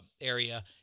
Area